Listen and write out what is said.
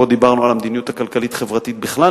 דיברנו פה על המדיניות הכלכלית-החברתית בכלל,